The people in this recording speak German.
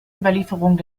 überlieferung